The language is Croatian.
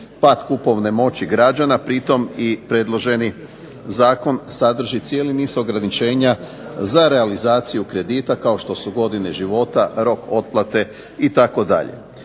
pad kupovne moći građana pritom i predloženi zakon sadrži cijeli niz ograničenja za realizaciju kredita kao što su godine života, rok otplate itd.